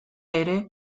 ere